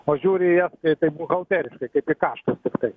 o žiūri į jas taip buhalteriškai kaip į kaštus tiktai